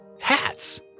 hats